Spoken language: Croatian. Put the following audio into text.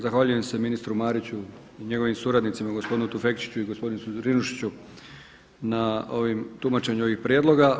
Zahvaljujem se ministru Mariću i njegovim suradnicima gospodinu Tufekčiću i gospodinu Zrinušiću na tumačenju ovih prijedloga.